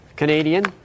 Canadian